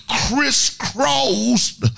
crisscrossed